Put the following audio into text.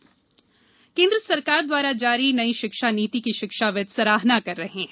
अनुपपुर शिक्षा नीति केन्द्र सरकार द्वारा जारी नई शिक्षा नीति की शिक्षाविद् सराहना कर रहे हैं